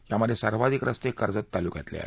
यामध्ये सर्वाधिक रस्ते कर्जत तालुक्यातले आहेत